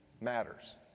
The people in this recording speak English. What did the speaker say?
matters